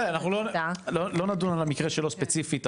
בסדר אנחנו לא נדון על המקרה שלו ספציפית,